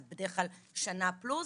זה בדרך כלל שנה פלוס,